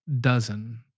dozen